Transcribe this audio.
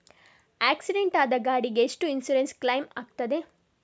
Accident ಆದ ಗಾಡಿಗೆ ಎಷ್ಟು ಇನ್ಸೂರೆನ್ಸ್ ಕ್ಲೇಮ್ ಆಗ್ತದೆ?